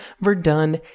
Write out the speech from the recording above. Verdun